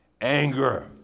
anger